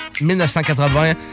1980